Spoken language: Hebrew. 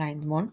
ריימונד